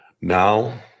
Now